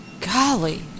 Golly